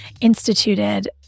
instituted